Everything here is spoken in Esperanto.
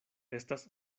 estas